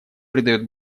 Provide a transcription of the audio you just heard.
придает